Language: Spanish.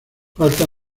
falta